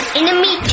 enemy